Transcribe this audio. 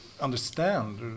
understand